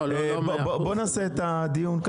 לא, לא אמרתי שכל היישובים.